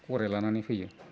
गराय लानानै फैयो